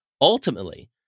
ultimately